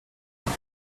vous